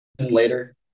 later